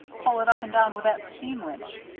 pull it up and down with that steam winch.